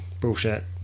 bullshit